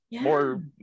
more